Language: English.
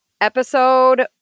episode